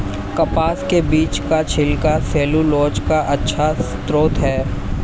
कपास के बीज का छिलका सैलूलोज का अच्छा स्रोत है